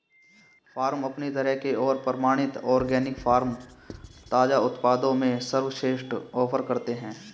farm अपनी तरह के और प्रमाणित ऑर्गेनिक फ़ार्म ताज़ा उत्पादों में सर्वश्रेष्ठ ऑफ़र करते है